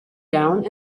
down